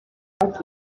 douze